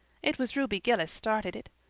it was ruby gillis started it.